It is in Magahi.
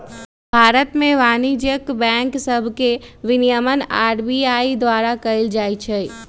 भारत में वाणिज्यिक बैंक सभके विनियमन आर.बी.आई द्वारा कएल जाइ छइ